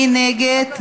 מי נגד?